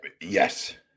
Yes